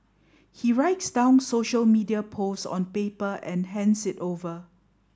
he writes down social media posts on paper and hands it over